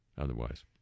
otherwise